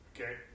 Okay